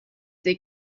their